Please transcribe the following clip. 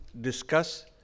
discuss